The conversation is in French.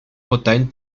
bretagne